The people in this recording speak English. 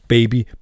Baby